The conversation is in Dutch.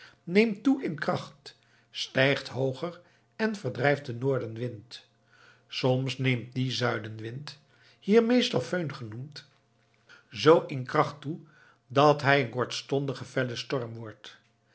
neemt toe in kracht stijgt hooger en verdrijft dan den noordenwind soms neemt die zuidenwind hier meestal föhn genoemd zoo in kracht toe dat hij een kortstondige felle storm wordt